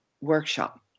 workshop